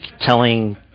telling